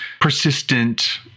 persistent